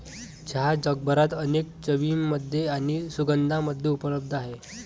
चहा जगभरात अनेक चवींमध्ये आणि सुगंधांमध्ये उपलब्ध आहे